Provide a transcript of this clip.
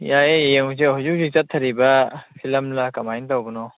ꯌꯥꯏꯌꯦ ꯌꯦꯡꯉꯨꯁꯤ ꯍꯧꯖꯤꯛ ꯍꯧꯖꯤꯛ ꯆꯠꯊꯔꯤꯕ ꯐꯤꯂꯝꯂꯥ ꯀꯃꯥꯏ ꯇꯧꯕꯅꯣ